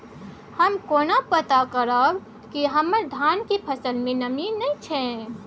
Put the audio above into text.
हम केना पता करब की हमर धान के फसल में नमी नय छै?